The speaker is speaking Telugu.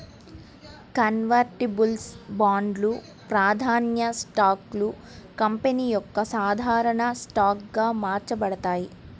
కన్వర్టిబుల్స్ బాండ్లు, ప్రాధాన్య స్టాక్లు కంపెనీ యొక్క సాధారణ స్టాక్గా మార్చబడతాయి